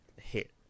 hit